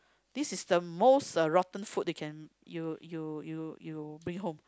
this is the most uh rotten food they can you you you you bring home